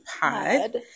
pod